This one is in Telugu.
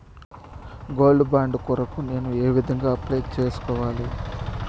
గోల్డ్ బాండు కొరకు నేను ఏ విధంగా అప్లై సేసుకోవాలి?